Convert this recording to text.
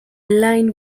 line